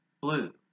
blue